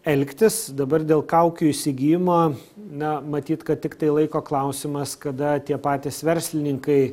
elgtis dabar dėl kaukių įsigijimo na matyt kad tiktai laiko klausimas kada tie patys verslininkai